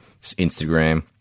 Instagram